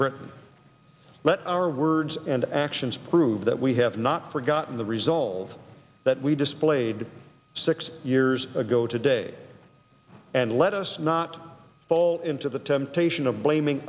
britain let our words and actions prove that we have not forgotten the resolve that we displayed six years ago today and let us not fall into the temptation of blaming